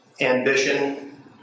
ambition